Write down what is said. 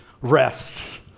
Rest